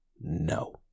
No